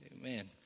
Amen